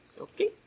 Okay